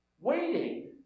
Waiting